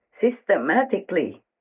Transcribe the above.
systematically